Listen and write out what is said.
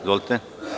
Izvolite.